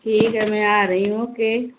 ٹھیک ہے میں آ رہی ہوں اوکے